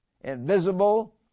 invisible